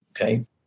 Okay